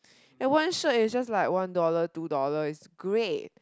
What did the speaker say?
and one shoot is just like one dollar two dollar it's great